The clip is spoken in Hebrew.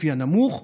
לפי הנמוך,